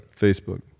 Facebook